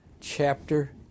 chapter